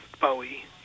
Bowie